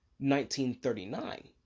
1939